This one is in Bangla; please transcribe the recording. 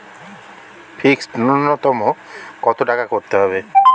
ফিক্সড নুন্যতম কত টাকা করতে হবে?